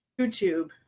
YouTube